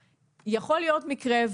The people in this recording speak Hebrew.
יכול להיות מקרה,